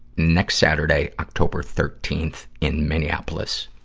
next saturday, october thirteenth, in minneapolis.